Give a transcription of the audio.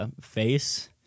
face